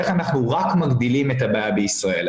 איך אנחנו רק מגדילים את הבעיה בישראל?